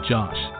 Josh